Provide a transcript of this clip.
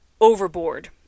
Overboard